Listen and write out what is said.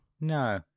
No